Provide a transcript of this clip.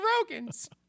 Rogan's